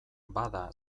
bada